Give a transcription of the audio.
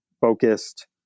focused